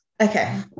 Okay